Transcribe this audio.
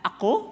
Ako